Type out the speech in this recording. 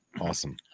awesome